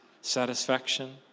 satisfaction